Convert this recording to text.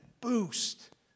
boost